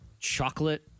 Chocolate